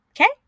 Okay